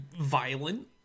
violent